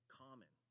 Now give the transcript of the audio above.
common